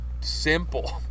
Simple